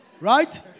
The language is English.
Right